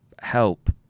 help